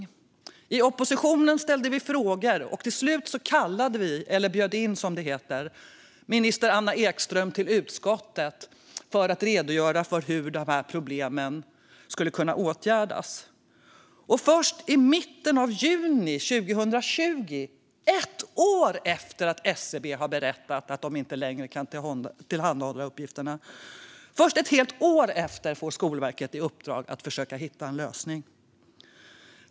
Vi i oppositionen ställde frågor. Till slut kallade vi - eller bjöd in, som det heter - minister Anna Ekström till utskottet för en redogörelse för hur de här problemen skulle kunna åtgärdas. Först i mitten av juni 2020, ett helt år efter att SCB berättat att de inte längre skulle kunna tillhandahålla uppgifterna, fick Skolverket i uppdrag att försöka hitta en lösning.